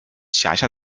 辖下